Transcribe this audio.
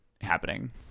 happening